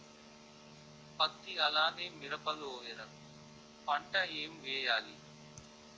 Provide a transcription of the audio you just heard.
పత్తి అలానే మిరప లో ఎర పంట ఏం వేయాలి?